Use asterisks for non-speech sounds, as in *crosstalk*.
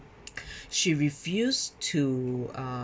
*breath* she refused to uh